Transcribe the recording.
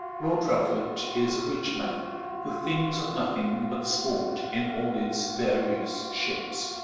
lord rufford is a rich man who thinks of nothing but sport in all its various shapes,